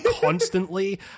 constantly